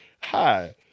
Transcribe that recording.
hi